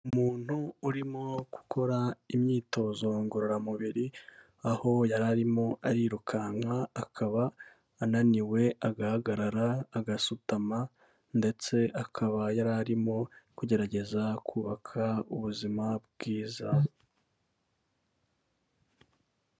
Umuntu urimo gukora imyitozo ngororamubiri, aho yari arimo arirukanka akaba ananiwe, agahagarara, agasutama ndetse akaba yari arimo kugerageza kubaka ubuzima bwiza.